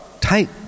tight